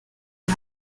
die